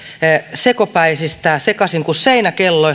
sekopäisistä sekaisin kuin seinäkello